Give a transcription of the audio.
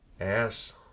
ass